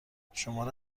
شماره